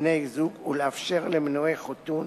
כבני-זוג ולאפשר למנועי חיתון